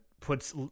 puts